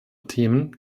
themen